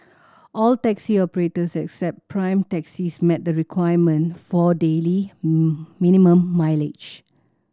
all taxi operators except Prime Taxis met the requirement for daily minimum mileage